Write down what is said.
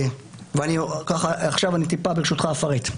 ברשותך, עכשיו אני טיפה אפרט.